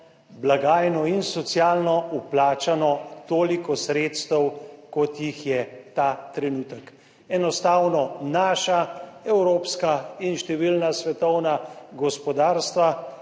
blagajno in socialno, vplačano toliko sredstev, kot jih je ta trenutek. Enostavno, naša evropska in številna svetovna gospodarstva